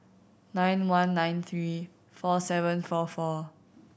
nine one nine three four seven four four